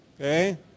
Okay